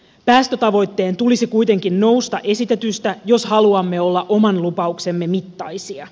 päästötavoitteen tulisi kuitenkin nousta esitetystä jos haluamme olla oman lupauksemme mittaisia